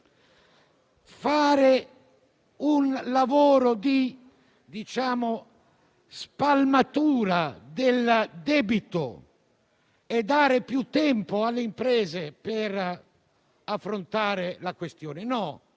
fare un lavoro di spalmatura del debito e dare più tempo alle imprese per affrontare la questione. Noi